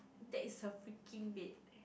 that is her freaking bed